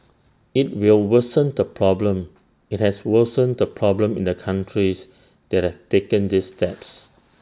IT will worsen the problem IT has worsened the problem in the countries that have taken these steps